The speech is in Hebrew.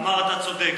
והוא אמר: אתה צודק,